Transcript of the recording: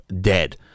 dead